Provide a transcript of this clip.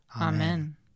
Amen